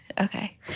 Okay